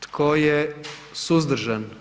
Tko je suzdržan?